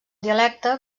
dialecte